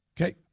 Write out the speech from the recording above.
Okay